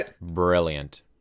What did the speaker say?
brilliant